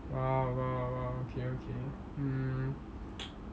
!wow! !wow! !wow! okay okay mm